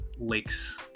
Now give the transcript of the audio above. lakes